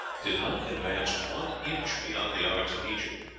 did not advance one inch beyond the arts of egypt,